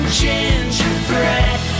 gingerbread